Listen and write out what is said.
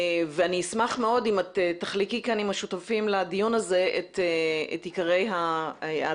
אני אשמח מאוד אם את תחלקי כאן עם השותפים לדיון הזה את עיקרי ההצעה,